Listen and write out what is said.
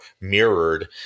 mirrored